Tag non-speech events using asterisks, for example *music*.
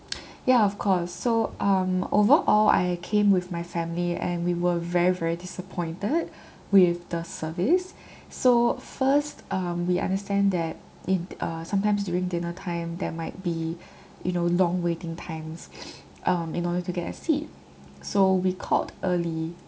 *noise* ya of course so um overall I came with my family and we were very very disappointed with the service so first um we understand that id~ uh sometimes during dinner time there might be you know long waiting times *noise* um in order to get a seat so we called early